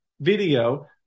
video